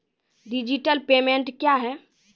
Digital payment क्या हैं?